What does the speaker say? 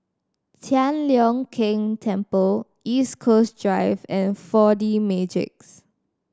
Tian Leong Keng Temple East Coast Drive and Four D Magix